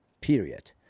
period